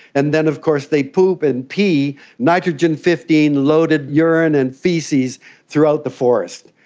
and then of course they poop and pee nitrogen fifteen loaded urine and faeces throughout the forest.